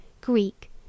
Greek